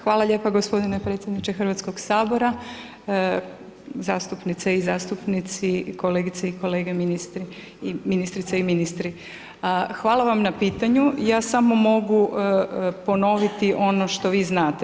Hvala lijepa gospodine predsjedničke Hrvatskog sabora, zastupnice i zastupnici, kolegice i kolegi ministri i ministrice i ministri, hvala vam na pitanju ja samo mogu ponoviti ono što vi znate.